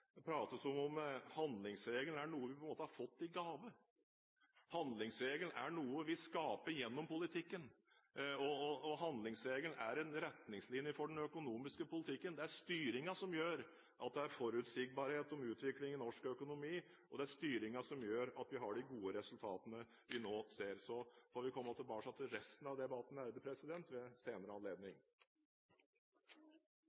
om handlingsregelen er noe vi har fått i gave. Handlingsregelen er noe vi skaper gjennom politikken, og handlingsregelen er en retningslinje for den økonomiske politikken. Det er styringen som gjør at det er forutsigbarhet om utviklingen i norsk økonomi, og det er styringen som gjør at vi har de gode resultatene vi nå ser. Så får vi komme tilbake til resten av debatten ved en senere anledning.